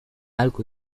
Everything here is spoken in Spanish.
algo